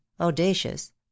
audacious